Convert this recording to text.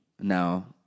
Now